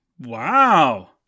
Wow